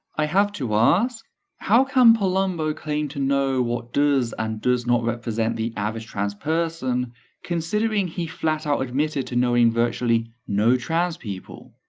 i have to ask how can polumbo claim to know what does and does not represent the average trans person considering he flat-out admitted to knowing virtually no trans people?